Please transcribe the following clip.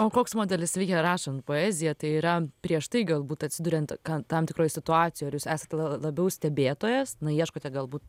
o koks modelis veikia rašant poeziją tai yra prieš tai galbūt atsiduriant tam tikroj situacijoj ar jūs esate labiau stebėtojas na ieškote galbūt